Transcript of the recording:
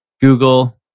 Google